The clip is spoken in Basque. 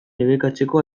debekatzeko